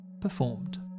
Performed